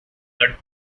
the